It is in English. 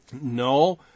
No